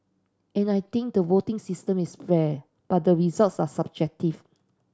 and I think the voting system is fair but the results are subjective